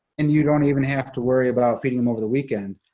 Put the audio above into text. and you don't even have to worry about feeding them over the weekend.